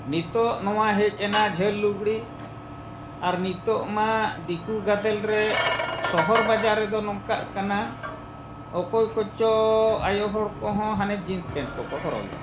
ᱱᱤᱛᱳᱜ ᱱᱚᱣᱟ ᱦᱮᱡ ᱮᱱᱟ ᱡᱷᱟᱹᱞ ᱞᱩᱜᱽᱲᱤ ᱟᱨ ᱱᱤᱛᱳᱜ ᱢᱟ ᱫᱤᱠᱩ ᱜᱟᱛᱮᱞ ᱨᱮ ᱥᱚᱦᱚᱨ ᱵᱟᱡᱟᱨ ᱨᱮᱫᱚ ᱱᱚᱝᱠᱟᱜ ᱠᱟᱱᱟ ᱚᱠᱚᱭ ᱠᱚᱪᱚ ᱟᱭᱳ ᱦᱚᱲ ᱠᱚᱦᱚᱸ ᱦᱟᱱᱮ ᱡᱤᱱᱥ ᱯᱮᱱᱴ ᱠᱚᱠᱚ ᱦᱚᱨᱚᱜᱮᱜᱼᱟ